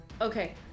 Okay